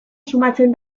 sumatzen